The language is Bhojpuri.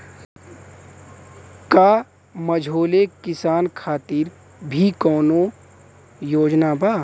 का मझोले किसान खातिर भी कौनो योजना बा?